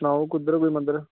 सनाओ कुद्धर कोई मंदर